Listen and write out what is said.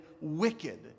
wicked